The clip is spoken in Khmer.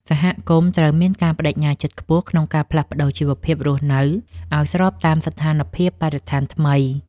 សហគមន៍ត្រូវមានការប្តេជ្ញាចិត្តខ្ពស់ក្នុងការផ្លាស់ប្តូរជីវភាពរស់នៅឱ្យស្របតាមស្ថានភាពបរិស្ថានថ្មី។